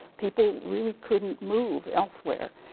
people really couldn't move elsewhere.